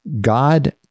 God